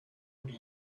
and